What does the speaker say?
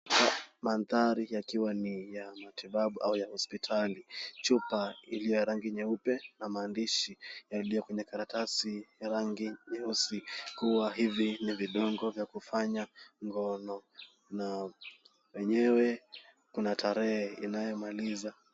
Mandhari yakiwa ni ya matibabu au hospitali. Chupa ikiwa ya rangi nyeupe na maandishi yaliyo kwenye karatasi ya rangi nyeusi kuwa hivi ni vidonge vya kufanya ngono na lenyewe kuna tarehe inayomaliza.